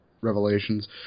revelations